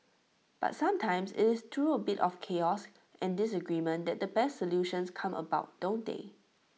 but sometimes IT is through A little bit of chaos and disagreement that the best solutions come about don't they